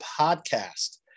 podcast